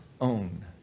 own